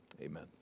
Amen